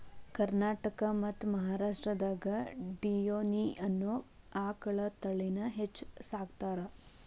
ಕರ್ನಾಟಕ ಮತ್ತ್ ಮಹಾರಾಷ್ಟ್ರದಾಗ ಡಿಯೋನಿ ಅನ್ನೋ ಆಕಳ ತಳಿನ ಹೆಚ್ಚ್ ಸಾಕತಾರ